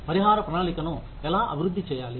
పరిహార ప్రణాళికను ఎలా అభివృద్ధి చేయాలి